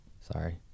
Sorry